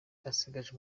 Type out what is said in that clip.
asigaje